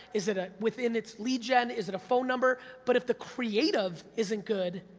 is it a, within it's lead gen, is it a phone number? but if the creative isn't good,